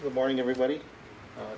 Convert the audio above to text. the morning everybody